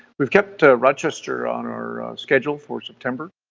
we've kept a rochester on our schedule for september,